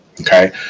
okay